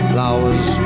Flowers